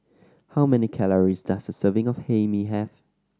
how many calories does a serving of Hae Mee have